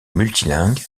multilingue